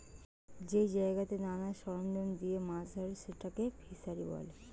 যেই জায়গাতে নানা সরঞ্জাম দিয়ে মাছ ধরে সেটাকে ফিসারী বলে